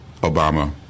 Obama